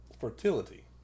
fertility